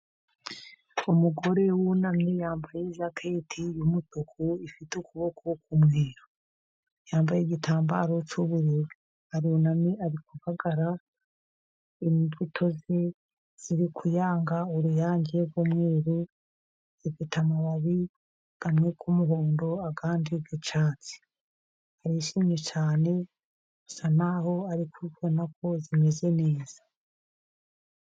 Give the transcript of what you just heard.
Umugore wunamye yambaye ijakete y'umutuku ifite ukuboko k'umweru, yambaye igitambaro cy'ubururu, arunamye ari kubagara imbuto ze ziri kuyanga uruyange rw'umweru, zifite amababi amwe y'umuhondo, andi y'icyatsi, arishimye cyane, bisa n'aho ari kubona ko zimeze neza.